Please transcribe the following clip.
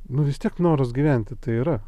nu vis tiek noras gyventi tai yra